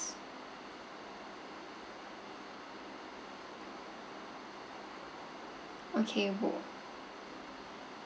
~s okay wo~